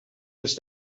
les